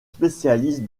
spécialiste